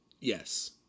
Yes